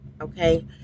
okay